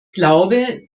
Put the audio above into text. glaube